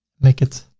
make it